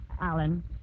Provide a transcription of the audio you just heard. Alan